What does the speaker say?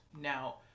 Now